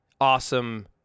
awesome